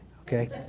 okay